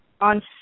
on